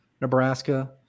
Nebraska